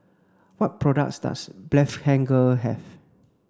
what products does Blephagel have